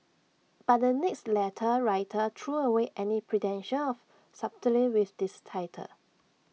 but the next letter writer threw away any pretension of subtlety with this title